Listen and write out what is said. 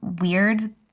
weird